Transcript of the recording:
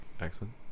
Excellent